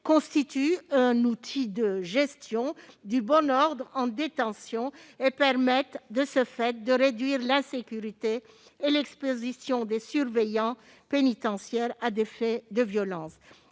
constituent un outil de gestion du bon ordre en détention et permettent, de ce fait, de réduire l'insécurité et l'exposition des surveillants pénitentiaires à des faits de violence.